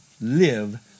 live